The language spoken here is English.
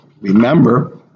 Remember